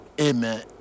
Amen